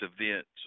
events